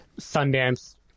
Sundance